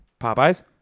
Popeye's